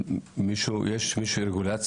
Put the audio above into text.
יאסר חוג'יראת